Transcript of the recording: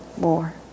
more